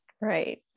Right